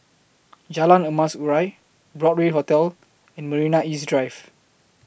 Jalan Emas Urai Broadway Hotel and Marina East Drive